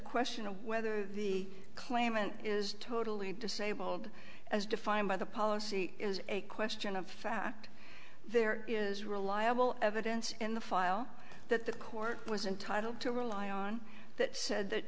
question of whether the claimant is totally disabled as defined by the policy is a question of fact there is reliable evidence in the file that the court was entitled to rely on that said